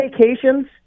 vacations